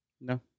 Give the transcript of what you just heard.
No